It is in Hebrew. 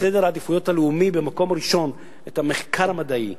בסדר העדיפויות הלאומי את המחקר המדעי,